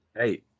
Hey